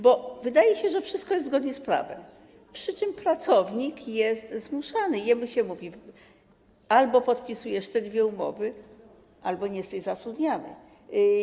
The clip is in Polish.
Bo wydaje się, że wszystko jest zgodne z prawem, przy czym pracownik jest zmuszany, jemu się mówi: Albo podpisujesz te dwie umowy, albo nie jesteś zatrudniany.